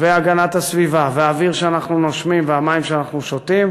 והגנת הסביבה והאוויר שאנחנו נושמים והמים שאנחנו שותים,